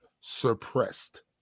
suppressed